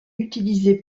utilisée